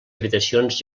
habitacions